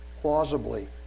plausibly